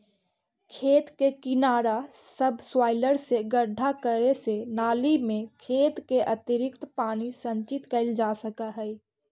खेत के किनारा सबसॉइलर से गड्ढा करे से नालि में खेत के अतिरिक्त पानी संचित कइल जा सकऽ हई